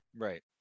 Right